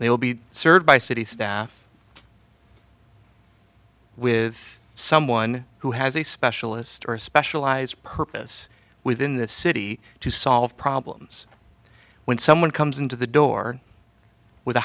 will be served by city staff with someone who has a specialist or a specialized purpose within the city to solve problems when someone comes into the door with a